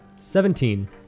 Seventeen